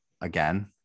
again